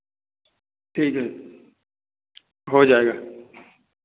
ठीक है हो जाएगा